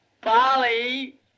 Polly